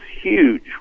huge